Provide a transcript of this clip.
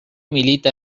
milita